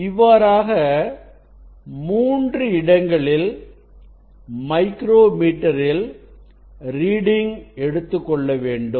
இவ்வாறாக 3 இடங்களில் மைக்ரோ மீட்டரில் ரீடிங் எடுத்துக்கொள்ளவேண்டும்